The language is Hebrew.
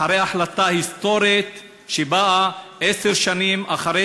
אחרי החלטה היסטורית שבאה עשר שנים אחרי